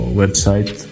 website